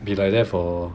be like that for